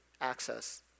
access